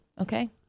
Okay